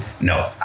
no